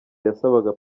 yasabaga